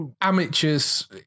amateurs